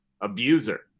abuser